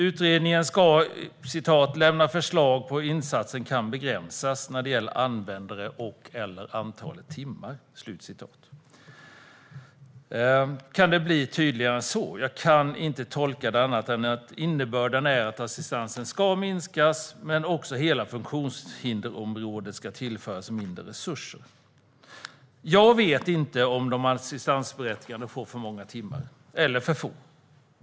Utredningen ska "lämna förslag på hur insatsen kan begränsas när det gäller antal användare och/eller antal timmar". Kan det bli tydligare än så? Jag kan inte tolka det som annat än att innebörden är att assistansen ska minskas liksom att hela funktionshindersområdet ska tillföras mindre resurser. Jag vet inte om de assistansberättigade får för många timmar eller för få.